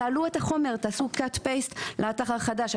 תעלו את החומר ותעשו העתק-הדבק לאתר החדש.